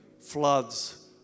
floods